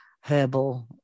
herbal